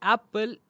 Apple